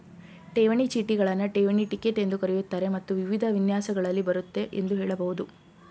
ಠೇವಣಿ ಚೀಟಿಗಳನ್ನ ಠೇವಣಿ ಟಿಕೆಟ್ ಎಂದೂ ಕರೆಯುತ್ತಾರೆ ಮತ್ತು ವಿವಿಧ ವಿನ್ಯಾಸಗಳಲ್ಲಿ ಬರುತ್ತೆ ಎಂದು ಹೇಳಬಹುದು